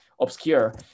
obscure